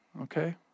Okay